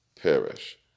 perish